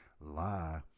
lie